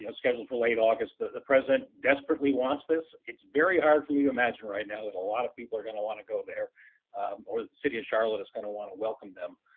you know scheduled for late august. the the president desperately wants this. it's very hard for me to imagine right now that a lot of people are gonna want to go there or the city of charlotte is going to want to welcome them.